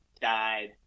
died